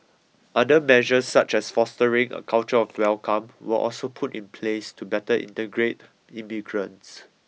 other measures such as fostering a culture of welcome were also put in place to better integrate immigrants